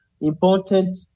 important